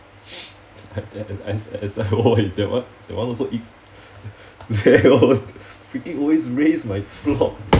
as as as I wore in that one that one also it there was always raised my floor